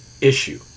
issue